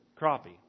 crappie